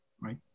Right